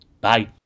Bye